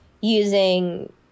using